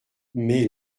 mais